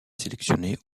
sélectionnée